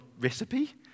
recipe